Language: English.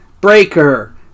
Breaker